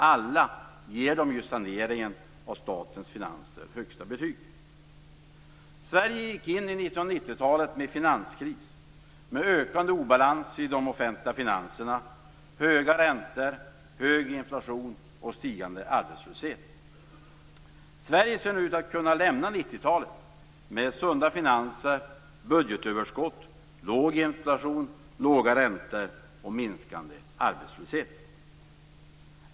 Alla ger de saneringen av statens finanser högsta betyg. Sverige gick in i 1990-talet med finanskris, ökande obalans i statsfinanserna, höga räntor, hög inflation och stigande arbetslöshet. Sverige ser ut att kunna lämna 1990-talet med sunda finanser, budgetöverskott, låg inflation, låga räntor och minskande arbetslöshet.